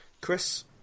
Chris